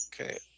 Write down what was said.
okay